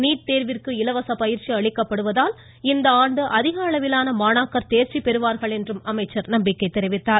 NEET தேர்விற்கு பயிற்சி அளிக்கப்படுவதால் இந்த ஆண்டு அதிக அளவிலான மாணவர்கள் தேர்ச்சி பெறுவார்கள் என அமைச்சர் நம்பிக்கை தெரிவித்தார்